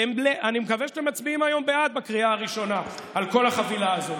ואני מקווה שאתם מצביעים היום בעד בקריאה הראשונה על כל החבילה הזאת,